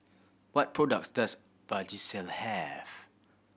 what products does Vagisil have